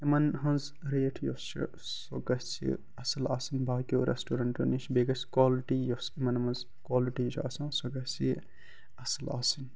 یِمَن ہٕنٛز ریٹ یۄس چھِ سۄ گژھِ اصٕل آسٕنۍ باقیَو ریٚسٹَورنٛٹَو نِش بیٚیہِ گژھِ کالٹی یۄس یِمَن منٛز کالٹی چھِ آسان سۄ گژھِ اصٕل آسٕنۍ